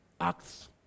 Acts